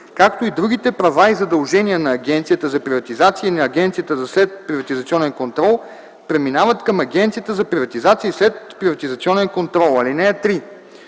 както и другите права и задължения на Агенцията за приватизация и на Агенцията за следприватизационен контрол преминават към Агенцията за приватизация и следприватизационен контрол. (3)